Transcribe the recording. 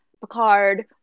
Picard